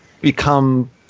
become